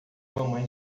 mamãe